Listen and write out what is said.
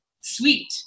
sweet